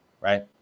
right